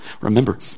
Remember